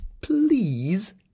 please